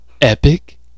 epic